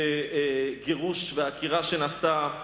בגירוש, והעקירה שנעשתה בגוש-קטיף.